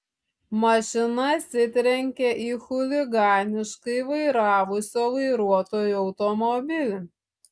mašina atsitrenkė į chuliganiškai vairavusio vairuotojo automobilį